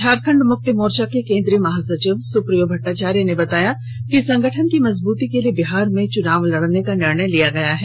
झारखंड मुक्ति मोर्चा के केन्द्रीय महासचिव सुप्रीयो भट्टाचार्य ने बताया कि संगठन की मजबूती के लिए बिहार में चुनाव लड़ने का निर्णय लिया गया है